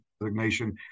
designation